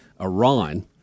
Iran